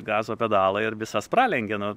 gazo pedalą ir visas pralenki nu